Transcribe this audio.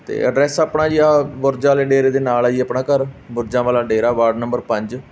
ਅਤੇ ਅਡਰੈਸ ਆਪਣਾ ਜੀ ਆ ਬੁਰਜ ਵਾਲੇ ਡੇਰੇ ਦੇ ਨਾਲ ਆ ਜੀ ਆਪਣਾ ਘਰ ਬੁਰਜਾਂ ਵਾਲਾ ਡੇਰਾ ਵਾਰਡ ਨੰਬਰ ਪੰਜ